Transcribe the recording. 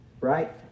right